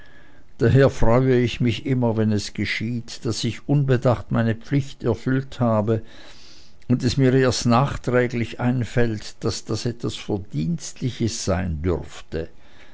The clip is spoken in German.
daher freue ich mich immer wenn es geschieht daß ich unbedacht meine pflicht erfüllt habe und es mir erst nachträglich einfällt daß das etwas verdienstliches sein dürfte